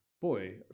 boy